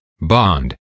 bond